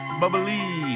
bubbly